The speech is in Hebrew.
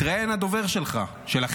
התראיין הדובר שלכם,